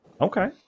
Okay